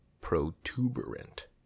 Protuberant